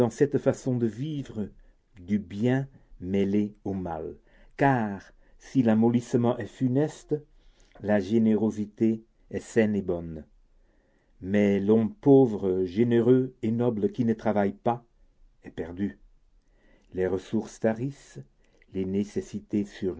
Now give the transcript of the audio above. cette façon de vivre du bien mêlé au mal car si l'amollissement est funeste la générosité est saine et bonne mais l'homme pauvre généreux et noble qui ne travaille pas est perdu les ressources tarissent les nécessités